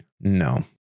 No